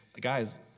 guys